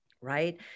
right